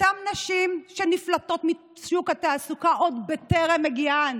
אותן נשים שנפלטות משוק התעסוקה עוד בטרם הגיען